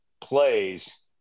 plays